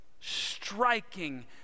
striking